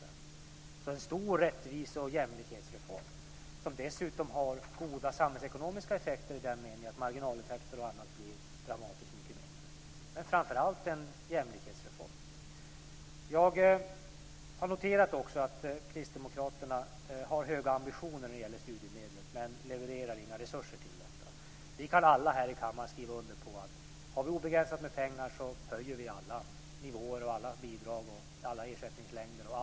Det är en stor rättvise och jämlikhetsreform, som dessutom har goda samhällsekonomiska effekter i den meningen att marginaleffekter och annat blir dramatiskt mycket mindre. Men det är framför allt en jämlikhetsreform. Jag har också noterat att kristdemokraterna har höga ambitioner när det gäller studiemedlet men levererar inga resurser till detta. Vi kan alla här i kammaren skriva under på att vi höjer alla nivåer och alla bidrag och utökar alla ersättningslängder om vi har obegränsat med pengar.